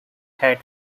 had